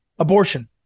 abortion